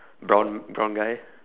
brown brown guy